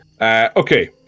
Okay